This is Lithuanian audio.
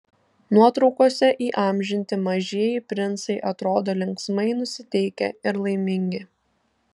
nuotraukose įamžinti mažieji princai atrodo linksmai nusiteikę ir laimingi